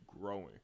growing